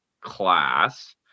class